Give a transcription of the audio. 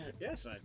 Yes